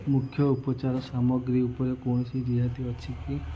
ମୁଖ୍ୟ ଉପଚାର ସାମଗ୍ରୀ ଉପରେ କୌଣସି ରିହାତି ଅଛି କି